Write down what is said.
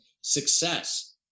success